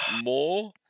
more